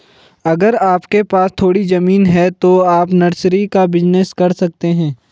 अगर आपके पास थोड़ी ज़मीन है तो आप नर्सरी का बिज़नेस कर सकते है